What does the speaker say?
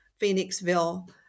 Phoenixville